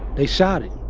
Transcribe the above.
they shot him.